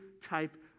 type